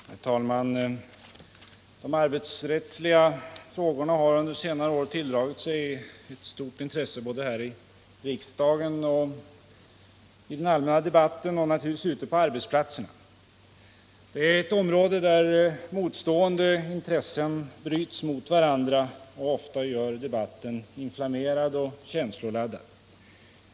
Herr talman! De arbetsrättsliga frågorna har under senare år tilldragit sig ett stort intresse både här i riksdagen och i den allmänna debatten och naturligtvis ute på arbetsplatserna. Det är ett område där motstående intressen bryts mot varandra och ofta gör debatten inflammerad och känsloladdad.